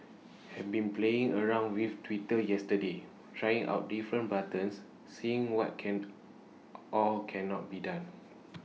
had been playing around with Twitter yesterday trying out different buttons seeing what can or cannot be done